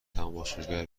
تماشاگر